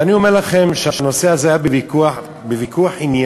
ואני אומר לכם שהנושא הזה היה בוויכוח ענייני,